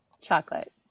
Chocolate